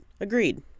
agreed